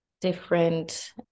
different